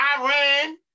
Iran